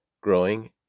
growing